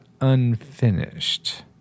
unfinished